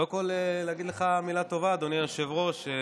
קודם כול, אגיד לך מילה טובה, אדוני היושב-ראש.